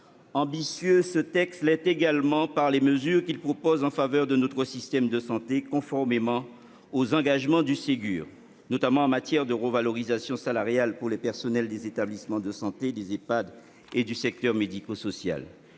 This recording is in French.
ce texte l'est également par les mesures qu'il vise à prévoir en faveur de notre système de santé, conformément aux engagements du Ségur, notamment en matière de revalorisations salariales pour les personnels des établissements de santé, des Ehpad et du secteur médico-social.